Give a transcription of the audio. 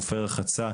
חופי רחצה,